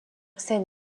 seine